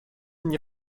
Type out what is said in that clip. nie